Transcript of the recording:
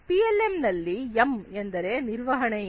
PLM ನಲ್ಲಿ M ಎಂದರೆ ನಿರ್ವಹಣೆಯ ಎಂದು